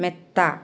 മെത്ത